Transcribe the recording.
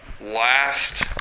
last